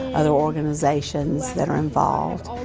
other organizations that are involved,